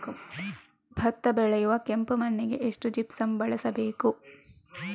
ಭತ್ತ ಬೆಳೆಯುವ ಕೆಂಪು ಮಣ್ಣಿಗೆ ಎಷ್ಟು ಜಿಪ್ಸಮ್ ಬಳಸಬೇಕು?